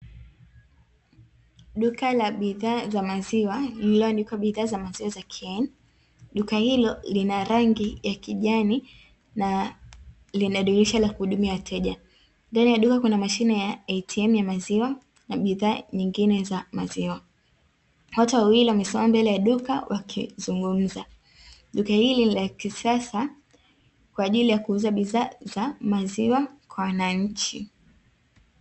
Duka la bidhaa za maziwa lililoandikwa bidhaa za maziwa za keni, duka hilo lina rangi ya kijani na lina dirisha la kuhudumia wateja ndani ya duka kuna mashine ya "ATM" ya maziwa na aina nyingine za maziwa, watu wawili wamesimama mbele ya duka wakizungumza, duka hili ni la kisasa kwaajili ya kuuza bidhaa za maziwa kwa wananchi.